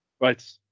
Right